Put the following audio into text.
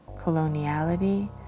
Coloniality